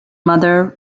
mother